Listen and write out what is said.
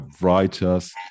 writers